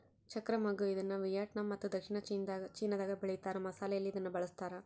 ಚಕ್ತ್ರ ಮಗ್ಗು ಇದನ್ನುವಿಯೆಟ್ನಾಮ್ ಮತ್ತು ದಕ್ಷಿಣ ಚೀನಾದಾಗ ಬೆಳೀತಾರ ಮಸಾಲೆಯಲ್ಲಿ ಇದನ್ನು ಬಳಸ್ತಾರ